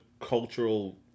cultural